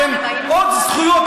למה לך חשוב?